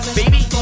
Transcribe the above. baby